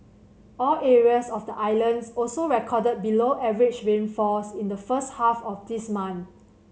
all areas of the islands also recorded below average rainfalls in the first half of this month